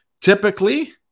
Typically